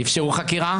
איפשרו חקירה?